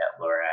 Laura